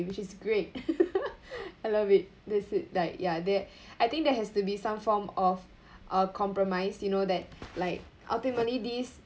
which is great I love it this is like ya the~ I think there has to be some form of uh compromise you know that like ultimately these